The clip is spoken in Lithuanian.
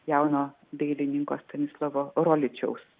jauno dailininko stanislovo roličiaus